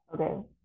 Okay